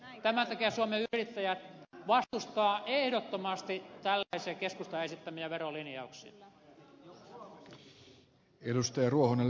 tämän takia suomen yrittäjät vastustaa ehdottomasti tällaisia keskustan esittämiä verolinjauksia